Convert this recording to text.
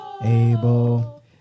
able